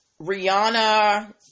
Rihanna